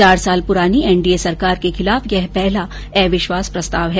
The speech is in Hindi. चार साल पुरानी एनडीए सरकार के खिलाफ यह पहला अविश्वास प्रस्ताव है